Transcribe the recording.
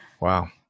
Wow